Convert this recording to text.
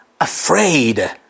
afraid